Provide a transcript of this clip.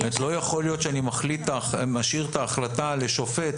לא יכול להיות שאני משאיר את ההחלטה לשופט,